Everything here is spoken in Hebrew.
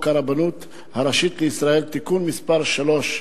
הרבנות הראשית לישראל (תיקון מס' 3),